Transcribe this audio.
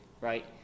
right